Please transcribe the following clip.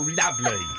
lovely